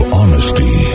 honesty